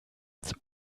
ans